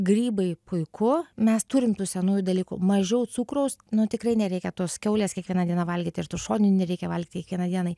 grybai puiku mes turim tų senųjų dalykų mažiau cukraus nu tikrai nereikia tos kiaulės kiekvieną dieną valgyt ir tų šoninių nereikia valgyti kiekvienai dienai